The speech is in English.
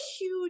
huge